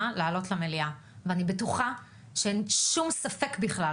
לעלות למליאה ואני בטוחה שאין שום ספק בכלל,